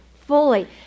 fully